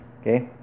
okay